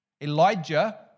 Elijah